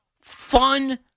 fun